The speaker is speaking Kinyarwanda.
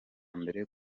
mbere